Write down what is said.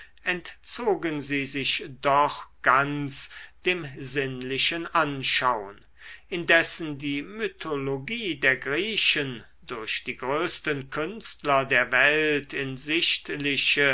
entzogen sie sich doch ganz dem sinnlichen anschaun indessen die mythologie der griechen durch die größten künstler der welt in sichtliche